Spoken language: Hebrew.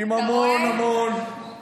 עם המון המון,